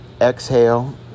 exhale